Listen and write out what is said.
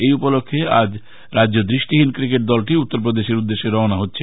এই উপলক্ষ্যে আজ রাজ্য দৃষ্টিহীন ক্রিকেট দলটি উত্তর প্রদেশের উদ্দেশ্যে রওয়ানা হচ্ছে